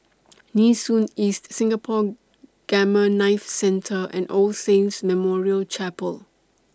Nee Soon East Singapore Gamma Knife Centre and All Saints Memorial Chapel